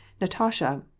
Natasha